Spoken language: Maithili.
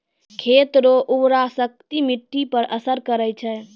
खेत रो उर्वराशक्ति मिट्टी पर असर करै छै